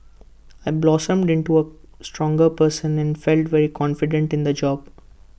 I blossomed into A stronger person and felt very confident in the job